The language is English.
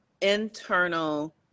internal